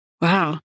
Wow